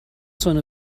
son